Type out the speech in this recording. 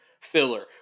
filler